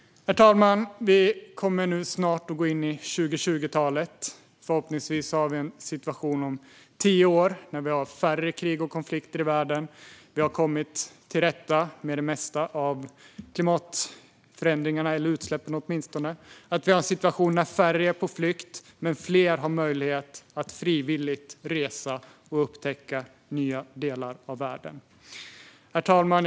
Herr talman! Vi går snart in i 2020-talet. Om tio år har vi förhoppningsvis en situation då vi har färre krig och konflikter i världen, då vi har kommit till rätta med de flesta klimatförändringar, åtminstone utsläppen, och då färre är på flykt men fler har möjlighet att frivilligt resa och upptäcka nya delar av världen. Herr talman!